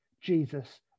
jesus